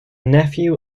nephew